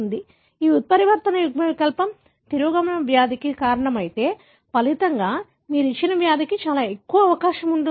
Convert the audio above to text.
కాబట్టి ఆ ఉత్పరివర్తన యుగ్మవికల్పం తిరోగమన వ్యాధికి కారణమైతే ఫలితంగా మీరు ఇచ్చిన వ్యాధికి చాలా ఎక్కువ అవకాశం ఉంది